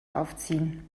aufziehen